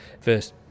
first